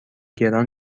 گران